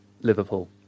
Liverpool